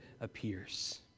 appears